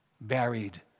buried